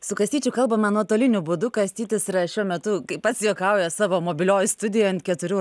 su kastyčiu kalbame nuotoliniu būdu kastytis yra šiuo metu kaip pats juokauja savo mobilioj studijoj ant keturių